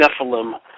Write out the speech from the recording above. Nephilim